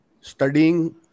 studying